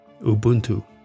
Ubuntu